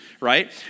right